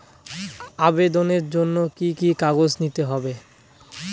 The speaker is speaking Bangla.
আবেদনের জন্য কি কি কাগজ নিতে হবে?